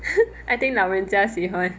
I think 老人家喜欢